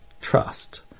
trust